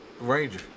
Ranger